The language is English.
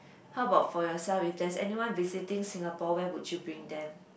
how about for yourself if there's anyone visiting Singapore where would you bring them